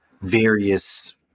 various